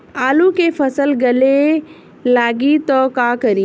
आलू के फ़सल गले लागी त का करी?